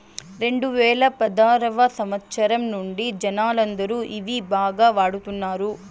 రెండువేల పదారవ సంవచ్చరం నుండి జనాలందరూ ఇవి బాగా వాడుతున్నారు